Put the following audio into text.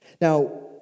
Now